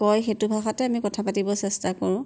কয় সেইটো ভাষাতে আমি কথা পাতিব চেষ্টা কৰোঁ